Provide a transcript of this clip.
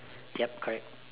yup correct